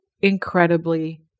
incredibly